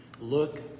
Look